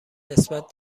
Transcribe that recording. نسبت